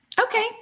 Okay